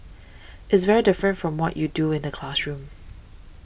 it's very different from what you do in the classroom